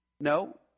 No